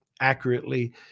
accurately